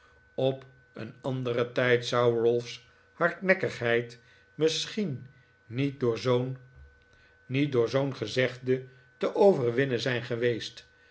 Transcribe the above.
op een anderen tijd zou ralph's hardnekkigheid misschien niet door zoo'n genog meer onthullingen zegde te overwinnen zijn geweest